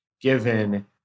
given